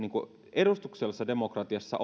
edustuksellisessa demokratiassa